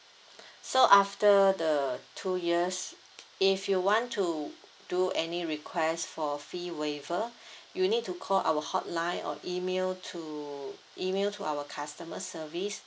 so after the two years if you want to do any request for fee waiver you need to call our hotline or email to email to our customer service